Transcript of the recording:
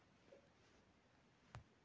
करेला कर खेती बर कोन मौसम हर ठीक होथे ग?